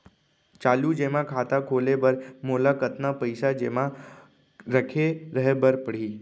चालू जेमा खाता खोले बर मोला कतना पइसा जेमा रखे रहे बर पड़ही?